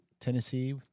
Tennessee